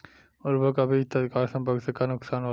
उर्वरक अ बीज के तत्काल संपर्क से का नुकसान होला?